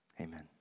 amen